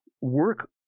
work